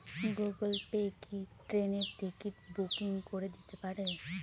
Google Pay কি ট্রেনের ticket booking করে দিতে পারে?